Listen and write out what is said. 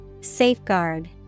Safeguard